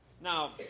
Now